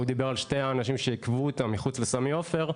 הוא דיבר על שני האנשים שעיכבו אותם מחוץ לסמי עופר.